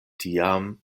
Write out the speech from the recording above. tiam